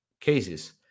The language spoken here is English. cases